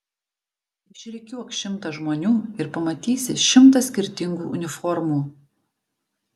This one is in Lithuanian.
išrikiuok šimtą žmonių ir pamatysi šimtą skirtingų uniformų